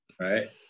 Right